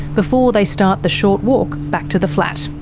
before they start the short walk back to the flat.